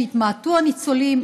כשהתמעטו הניצולים,